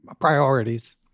priorities